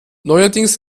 neuerdings